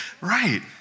Right